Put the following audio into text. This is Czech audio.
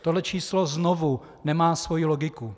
Tohle číslo znovu nemá svoji logiku.